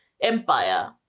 Empire